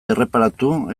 erreparatu